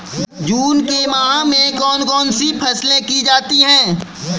जून के माह में कौन कौन सी फसलें की जाती हैं?